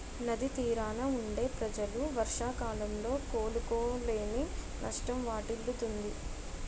నది తీరాన వుండే ప్రజలు వర్షాకాలంలో కోలుకోలేని నష్టం వాటిల్లుతుంది